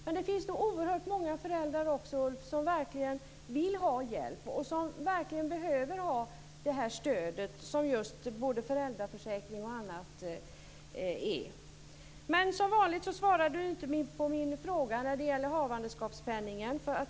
Men det finns oerhört många föräldrar som verkligen vill ha hjälp och behöver ha det stöd som föräldraförsäkringen och annat innebär. Som vanligt svarar Ulf Kristersson inte på min fråga.